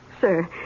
Sir